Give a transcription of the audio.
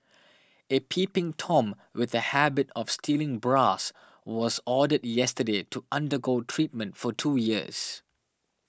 a peeping tom with a habit of stealing bras was ordered yesterday to undergo treatment for two years